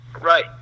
Right